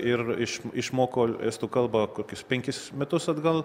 ir iš išmoko estų kalbą kokius penkis metus atgal